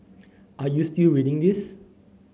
are you still reading this